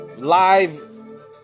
Live